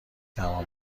تمام